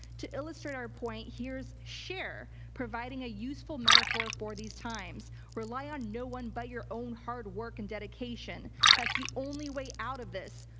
to illustrate our point, here's cher providing a useful metaphor for these times. rely on no one but your own hard work and dedication. that's the only way out of this.